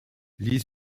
les